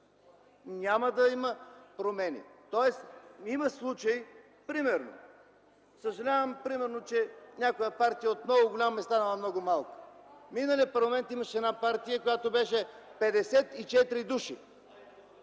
няма да има промени. Има случаи, примерно, съжалявам, че някоя партия от много голяма е станала много малка. В миналия парламент имаше една партия, която беше 54 души.